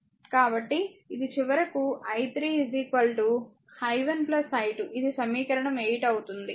కాబట్టి ఇది చివరకు i3 i1 i2 ఇది సమీకరణం 8 అవుతుంది